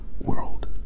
world